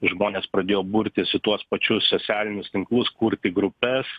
žmonės pradėjo burtis į tuos pačius socialinius tinklus kurti grupes